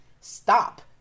stop